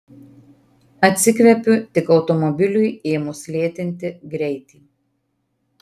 atsikvepiu tik automobiliui ėmus lėtinti greitį